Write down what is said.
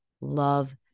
love